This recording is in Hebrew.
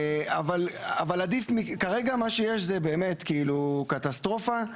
אבל עדיף כרגע מה שיש זה באמת קטסטרופה.